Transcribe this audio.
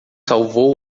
salvou